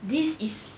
this is